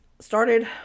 started